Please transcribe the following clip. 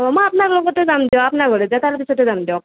অঁ মই আপোনাৰ লগতে যাম দিয়ক আপোনাৰ ঘৰত যায় তাৰ পিছতে যাম দিয়ক